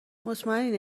مطمئنی